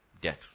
death